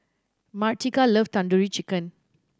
Martika love Tandoori Chicken